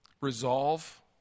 resolve